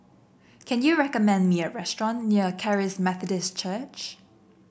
can you recommend me a restaurant near Charis Methodist Church